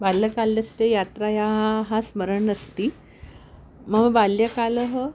बाल्यकालस्य यात्रायाः स्मरणमस्ति मम बाल्यकालः